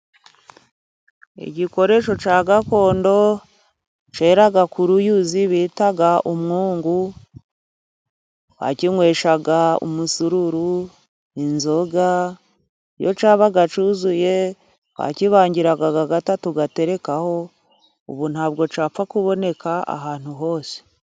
Igikoresho cya gakondo cyeraga ku ruyuzi bitaga umwungu, bakinyweshaga umusururu, inzoga iyo cyabaga cyuzuye twakibangiraga akagata tugaterekaho, ubu ntabwo cyapfa kuboneka ahantu hose.